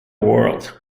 world